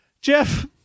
Jeff